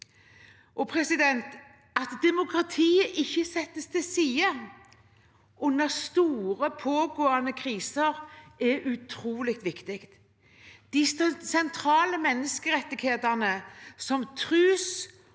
beslutningene. At demokratiet ikke settes til side under store, pågående kriser, er utrolig viktig. De sentrale menneskerettighetene, som tros-